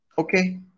Okay